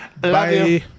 Bye